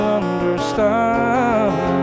understand